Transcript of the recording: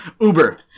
Uber